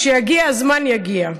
כשיגיע הזמן, יגיע.